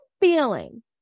feeling